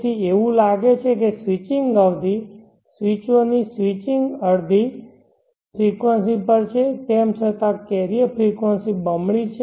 તેથી એવું લાગે છે કે સ્વિચિંગ અવધિ સ્વીચોની સ્વિચિંગ અડધી ફ્રેકવંસી પર છે તેમ છતાં કેરિયર ફ્રેકવંસી બમણી છે